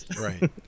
Right